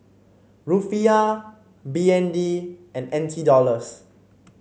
Rufiyaa B N D and N T Dollars